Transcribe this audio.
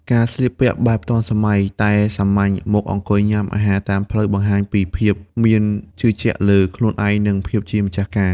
ការស្លៀកពាក់បែបទាន់សម័យតែសាមញ្ញ មកអង្គុយញ៉ាំអាហារតាមផ្លូវ បង្ហាញពីភាពមានជឿជាក់លើខ្លួនឯង និងភាពជាម្ចាស់ការ។